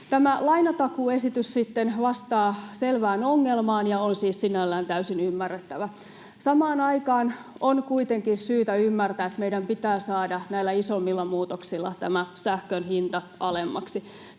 Tämä lainatakuuesitys sitten vastaa selvään ongelmaan ja on siis sinällään täysin ymmärrettävä. Samaan aikaan on kuitenkin syytä ymmärtää, että meidän pitää saada näillä isommilla muutoksilla tämä sähkön hinta alemmaksi.